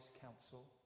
counsel